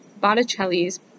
Botticelli's